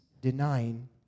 denying